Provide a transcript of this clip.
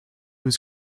was